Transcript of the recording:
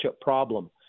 problem